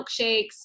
milkshakes